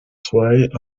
soient